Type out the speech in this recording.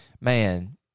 man